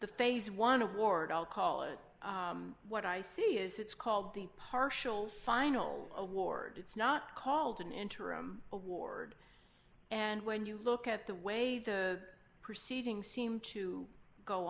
the phase one award i'll call it what i see is it's called the partial finals award it's not called an interim award and when you look at the way the proceeding seemed to go